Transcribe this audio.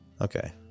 Okay